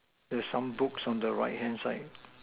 there's some books on the right hand side